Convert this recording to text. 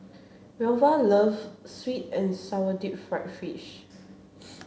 Velva loves sweet and sour deep fried fish